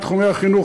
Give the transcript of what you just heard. מתחומי החינוך,